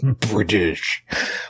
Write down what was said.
British